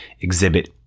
exhibit